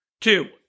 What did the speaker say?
Two